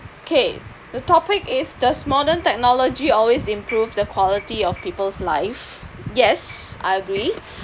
okay the topic is does modern technology always improve the quality of people's life yes I agree